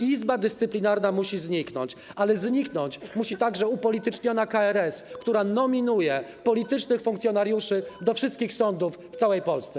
Izba Dyscyplinarna musi zniknąć, ale zniknąć musi także upolityczniona KRS, która nominuje politycznych funkcjonariuszy do wszystkich sądów w całej Polsce.